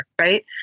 right